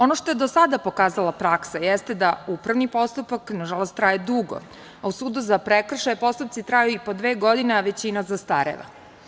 Ono što je do sada pokazala praksa jeste da upravni postupak nažalost traje dugo, a u sudu za prekršaje postupci traju i po dve godine, a većina zastareva.